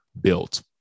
built